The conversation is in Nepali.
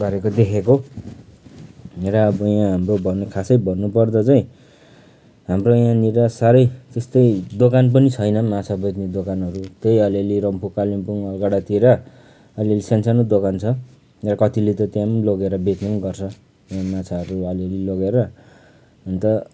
पारेको देखेको र अब हाम्रो खासै भन्नु पर्दा चाहिँ हाम्रो यहाँनिर साह्रै त्यस्तै दोकान पनि छैन माछा बेच्ने दोकानहरू त्यही अलि अलि रम्फू कालिम्पोङ अलगडातिर अलि अलि सानो सानो दोकान छ कतिले त त्यहाँ पनि लोगेर बेच्ने गर्छ र माछाहरू अलि अलि लोगेर अन्त